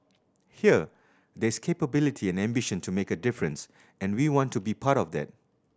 here there's capability and ambition to make a difference and we want to be part of that